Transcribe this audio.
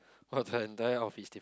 !wah! the entire outfit is diff~